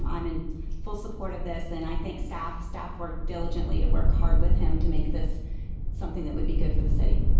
um i am in full support of this. and i thank staff staff worked dill gentedly to work hard with him to make this something that would be good for the city?